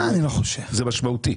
זה משמעותי.